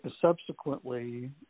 subsequently